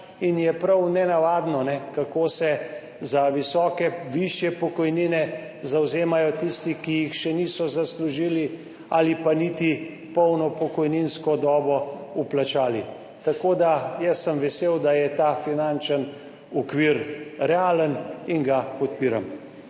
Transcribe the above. in je prav nenavadno, kako se za višje pokojnine zavzemajo tisti, ki jih še niso zaslužili ali pa niti polno pokojninsko dobo vplačali. Tako da, jaz sem vesel, da je ta finančni okvir realen in ga podpiram.